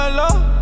love